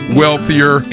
wealthier